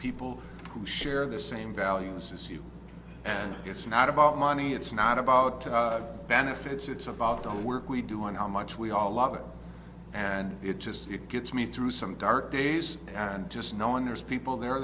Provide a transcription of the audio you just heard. people who share the same values as you and it's not about money it's not about benefits it's about the work we do and how much we all love it and it just gets me through some dark days and just knowing there's people there